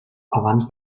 abans